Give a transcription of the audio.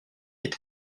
est